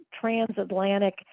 transatlantic